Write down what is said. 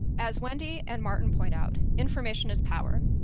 as wendy and martin point out, information is power.